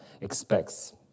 expects